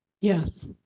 yes